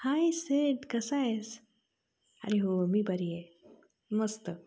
हाय सिड कसा आहेस अरे हो मी बरी आहे मस्त